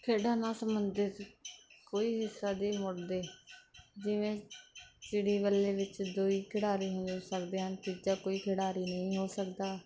ਖੇਡਾਂ ਨਾਲ ਸੰਬੰਧਿਤ ਕੋਈ ਹਿੱਸਾ ਮੁੜਦੇ ਜਿਵੇਂ ਚਿੜੀ ਵੱਲੇ ਵਿੱਚ ਦੋ ਹੀ ਖਿਡਾਰੀ ਹੋ ਸਕਦੇ ਹਨ ਤੀਜਾ ਕੋਈ ਖਿਡਾਰੀ ਨਹੀਂ ਹੋ ਸਕਦਾ